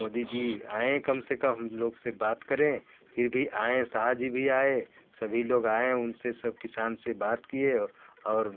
मोदी जी आए कम से कम हम लोग से बात करें फिर भी आएं शाह जी भी आए सभी लोग आए उन से सब किसान से बात किए और